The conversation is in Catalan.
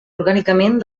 orgànicament